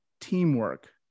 teamwork